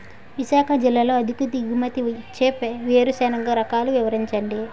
విశాఖ జిల్లాలో అధిక దిగుమతి ఇచ్చే వేరుసెనగ రకాలు వివరించండి?